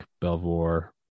Belvoir